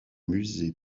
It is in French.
musée